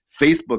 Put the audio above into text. Facebook